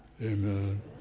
Amen